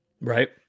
right